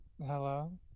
Hello